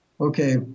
Okay